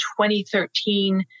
2013